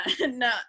no